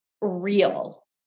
real